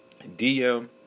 DM